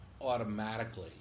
automatically